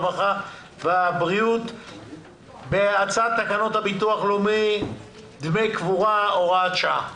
הרווחה והבריאות בהצעת תקנות הביטוח הלאומי (דמי קבורה) (הוראת שעה).